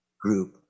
group